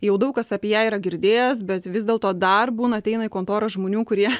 jau daug kas apie ją yra girdėjęs bet vis dėl to dar būna ateina į kontorą žmonių kurie